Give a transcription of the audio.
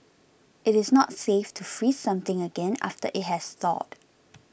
it is not safe to freeze something again after it has thawed